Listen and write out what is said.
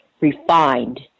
refined